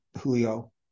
Julio